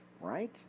right